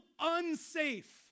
unsafe